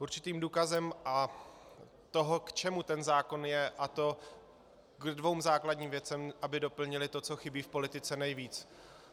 Určitým důkazem toho, k čemu ten zákon je, a to ke dvěma základním věcem, aby doplnily to, co chybí v politice nejvíce,